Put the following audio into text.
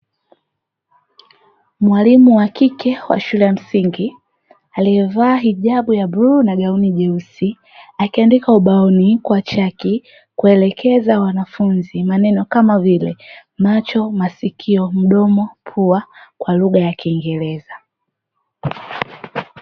Mwalimu wakike wa shule ya msingi alivaa hijabu ya bluu na gauni jeusi akiandika ubaoni kwa chaki, kuelekeza wanafunzi maneno kama vile macho, masikio, mdomo, pua, mdomo kwa lugha ya kiingereza.